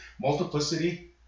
Multiplicity